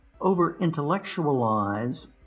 over-intellectualize